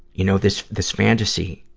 you know, this, this fantasy,